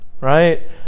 right